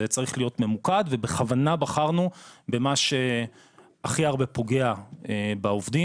זה צריך להיות ממוקד ובכוונה בחרנו במה שהכי הרבה פוגע בעובדים,